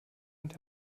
und